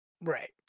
Right